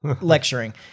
lecturing